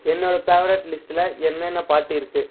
என்னோட ஃபேவரட் லிஸ்ட்டில் என்னென்ன பாட்டு இருக்குது